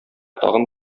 тагын